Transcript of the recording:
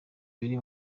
biri